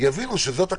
יבינו שזאת הכוונה,